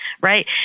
right